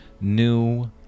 New